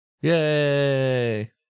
Yay